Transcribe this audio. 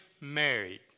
married